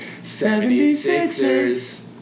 76ers